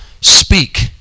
speak